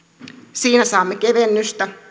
siinä saamme kevennystä